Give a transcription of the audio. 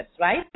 right